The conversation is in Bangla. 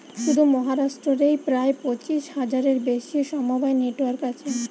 শুধু মহারাষ্ট্র রেই প্রায় পঁচিশ হাজারের বেশি সমবায় নেটওয়ার্ক আছে